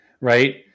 right